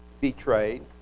betrayed